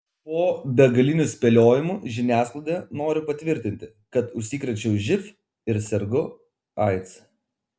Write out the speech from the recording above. po begalinių spėliojimų žiniasklaidoje noriu patvirtinti kad užsikrėčiau živ ir sergu aids